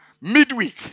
midweek